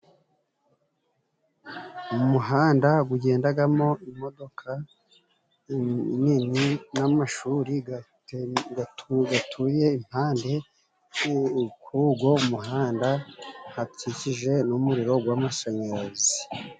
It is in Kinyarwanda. Umuhanda gugendagamo imodoka nini n'amashuri gatuye impande ku go muhanda hakikije n'umuriro gw'amashanyarazi.